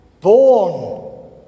born